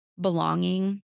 belonging